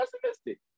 pessimistic